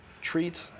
treat